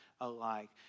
alike